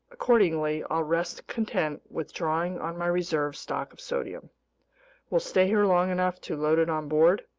accordingly, i'll rest content with drawing on my reserve stock of sodium we'll stay here long enough to load it on board,